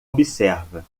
observa